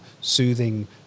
soothing